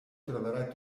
troverai